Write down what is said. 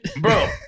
Bro